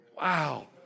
Wow